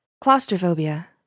claustrophobia